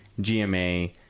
GMA